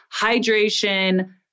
hydration